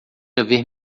haver